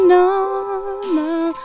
normal